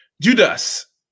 Judas